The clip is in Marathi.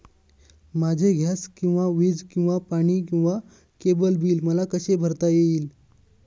माझे गॅस किंवा वीज किंवा पाणी किंवा केबल बिल मला कसे भरता येईल?